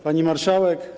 Pani Marszałek!